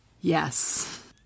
yes